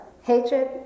hatred